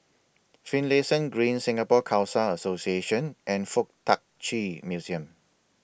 Finlayson Green Singapore Khalsa Association and Fuk Tak Chi Museum